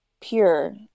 pure